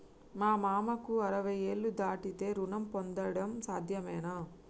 మా మామకు అరవై ఏళ్లు దాటితే రుణం పొందడం సాధ్యమేనా?